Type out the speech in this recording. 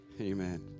Amen